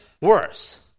worse